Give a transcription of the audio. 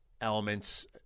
elements –